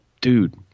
dude